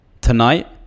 Tonight